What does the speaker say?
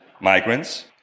migrants